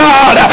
God